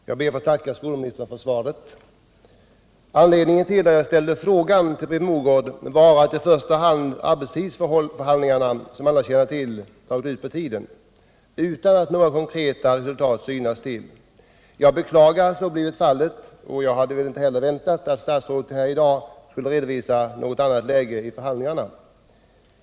Herr talman! Jag ber att få tacka skolministern för svaret. Anledning till att jag ställde min fråga var i första hand att arbetstidsförhandlingarna, som alla känner till, dragit ut på tiden utan att några konkreta resultat synts till. Jag beklagar att så blivit fallet och hade inte heller väntat mig att statsrådet här i dag skulle redovisa något annat läge i förhandlingarna.